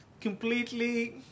Completely